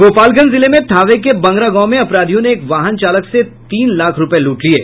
गोपालगंज जिले में थावे के बंगरा गांव में अपराधियों ने एक वाहन चालक से तीन लाख रूपये लूट लिये